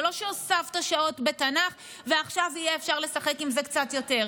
זה לא שהוספת שעות בתנ"ך ועכשיו יהיה אפשר לשחק עם זה קצת יותר.